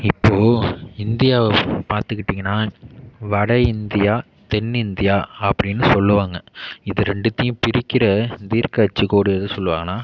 இப்போது இந்தியாவை பார்துக்கிட்டீங்ன்னா வட இந்தியா தென் இந்தியா அப்படின்னு சொல்லுவாங்க இது ரெண்டுத்தையும் பிரிக்கிற தீர்க்க அச்சு கோடுன்னு எது சொல்வாங்கன்னா